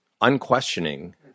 unquestioning